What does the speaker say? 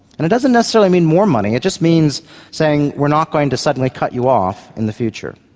and it doesn't necessarily mean more money, it just means saying we are not going to suddenly cut you off in the future.